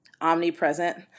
omnipresent